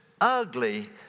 ugly